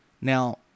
Now